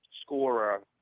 scorer